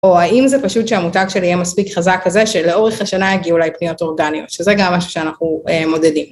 או האם זה פשוט שהמותג שלי יהיה מספיק חזק כזה שלאורך השנה יגיע אולי פניות אורגניות, שזה גם משהו שאנחנו מודדים.